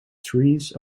trees